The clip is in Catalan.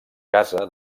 casa